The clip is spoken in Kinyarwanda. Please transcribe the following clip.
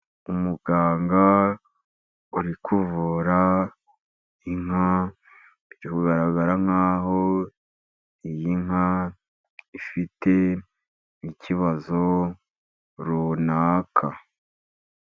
Umuganga uri kuvura inka , biri kugaragara nkaho iyi nka ifite ikibazo runaka.